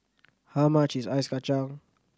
how much is Ice Kachang